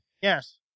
Yes